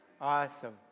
Awesome